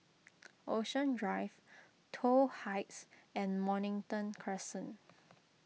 Ocean Drive Toh Heights and Mornington Crescent